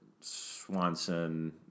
Swanson